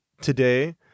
today